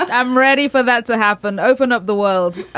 i'm ready for that to happen. open up the world.